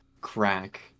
crack